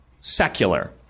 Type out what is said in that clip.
secular